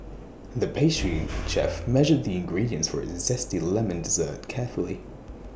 the pastry chef measured the ingredients for A Zesty Lemon Dessert carefully